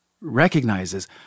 recognizes